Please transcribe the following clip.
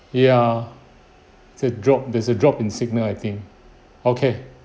ya the drop there's a drop in signal I think okay